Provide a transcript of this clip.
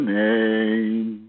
name